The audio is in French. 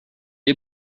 est